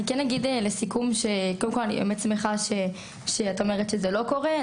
אני כן אגיד לסיכום שאני באמת שמחה שאת אומרת שזה לא קורה.